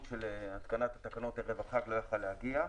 של התקנת התקנות ערב החג לא יכל להגיע.